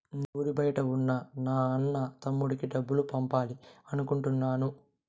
నేను ఊరి బయట ఉన్న నా అన్న, తమ్ముడికి డబ్బులు పంపాలి అనుకుంటున్నాను